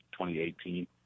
2018